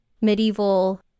medieval